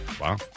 Wow